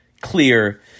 clear